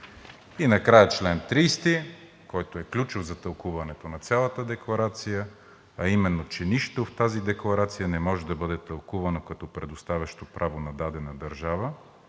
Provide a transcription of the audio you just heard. И накрая чл. 30, който е ключов за тълкуването на цялата декларация, а именно: „Чл. 30. Нищо в тази декларация не може да бъде тълкувано като предоставящо право на дадена държава,